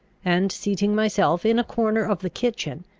and, seating myself in a corner of the kitchen,